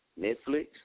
Netflix